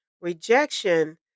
Rejection